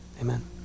Amen